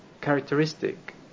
characteristic